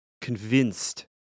convinced